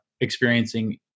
experiencing